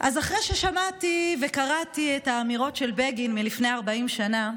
אז אחרי ששמעתי וקראתי את האמירות של בגין לפני 40 שנה,